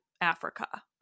africa